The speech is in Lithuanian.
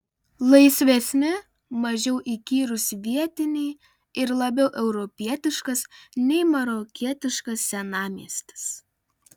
laisvesni mažiau įkyrūs vietiniai ir labiau europietiškas nei marokietiškas senamiestis